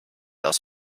aus